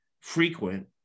frequent